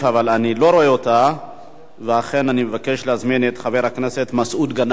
אבל אני לא רואה אותה ולכן אני מבקש להזמין את חבר הכנסת מסעוד גנאים.